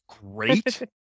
great